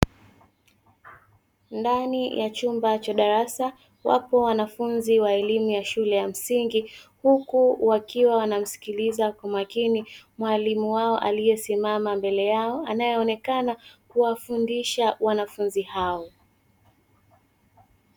Ndani ya chumba cha darasa wapo wanafunzi wa elimu ya shule ya msingi, huku wakiwa wanamsikiliza kwa makini mwalimu wao aliyesimama mbele yao; anayeonekana kuwafundisha wanafunzi hao.